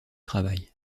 travail